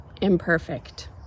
imperfect